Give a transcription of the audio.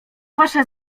wasze